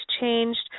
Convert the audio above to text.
changed